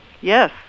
Yes